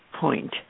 point